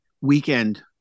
weekend